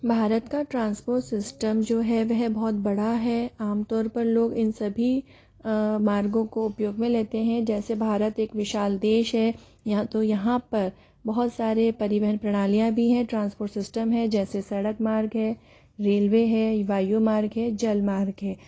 भारत का transport system जो है वह बहुत बड़ा है आम तौर पर लोग इन सभी मार्गों को उपयोग में लेते हैं जैसे भारत एक विशाल देश है यह तो यहाँ पर बहुत सारे परिवहन प्रणालियाँ भी हैं ट्रांसपोर्ट सिस्टम है जैसे सड़क मार्ग है रेलवे है वायु मार्ग है जल मार्ग है